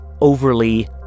overly